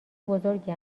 بزرگی